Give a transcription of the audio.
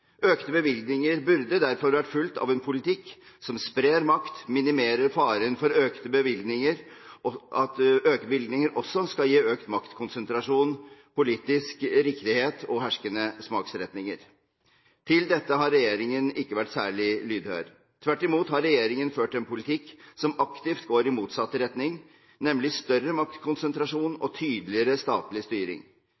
Økte bevilgninger burde derfor vært fulgt av en politikk som sprer makt, minimerer faren for økte bevilgninger og at økte bevilgninger også skal gi økt maktkonsentrasjon, politisk riktighet og herskende smaksretninger. Overfor dette har regjeringen ikke vært særlig lydhør. Tvert imot har regjeringen ført en politikk som aktivt går i motsatt retning, nemlig større maktkonsentrasjon